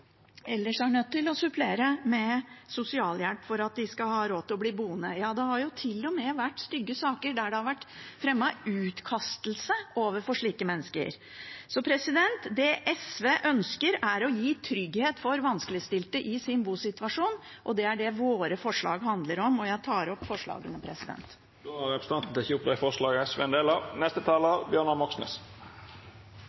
ellers er nødt til å supplere med sosialhjelp for at de skal ha råd til å bli boende. Det har til og med vært stygge saker der det har vært fremmet utkastelse overfor slike mennesker. Det SV ønsker, er å gi trygghet for vanskeligstilte i sin bosituasjon. Det er det våre forslag handler om, og jeg tar opp forslagene som SV har alene. Då har representanten Karin Andersen teke opp dei forslaga ho viste til. Det finnes en